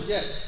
Yes